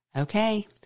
Okay